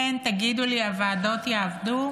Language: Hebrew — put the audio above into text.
כן, תגידו לי שהוועדות יעבדו,